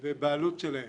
ובעלות שלהן.